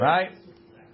Right